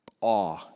Awe